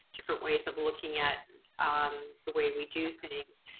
different ways of looking at the way we do things.